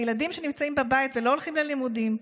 על הילדים שנמצאים בבית ולא הולכים ללימודים,